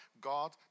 God